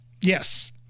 Yes